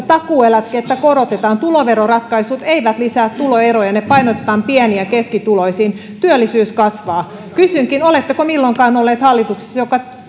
takuueläkettä korotetaan tuloveroratkaisut eivät lisää tuloeroja ne painotetaan pieni ja keskituloisiin työllisyys kasvaa kysynkin oletteko milloinkaan olleet hallituksessa joka